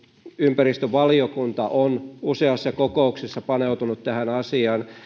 ympäristövaliokunta on useassa kokouksessaan paneutunut tähän asiaan